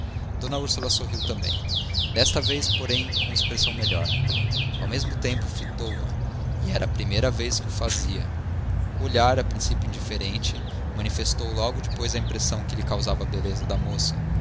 d úrsula sorriu também desta vez porém com expressão melhor ao mesmo tempo fitou-a e era a primeira vez que o fazia o olhar a princípio indiferente manifestou logo depois a impressão que lhe causava a beleza da moça